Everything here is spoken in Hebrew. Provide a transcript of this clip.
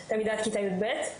תלמידת כיתה י"ב.